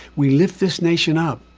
we lift this nation up.